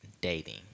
dating